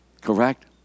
Correct